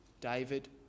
David